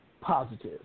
positive